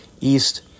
East